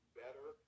better